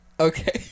Okay